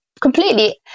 Completely